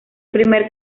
primer